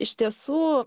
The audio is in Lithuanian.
iš tiesų